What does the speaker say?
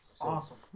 Awesome